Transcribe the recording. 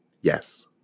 Yes